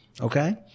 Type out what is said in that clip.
okay